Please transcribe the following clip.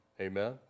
Amen